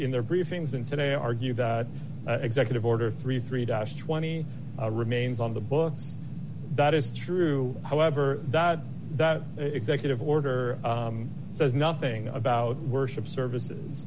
in their briefings and today argue that executive order thirty three dash twenty remains on the books that is true however that executive order says nothing about worship services